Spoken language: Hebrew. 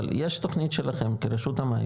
אבל יש תוכנית שלכם כרשות המים,